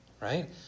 right